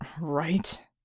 right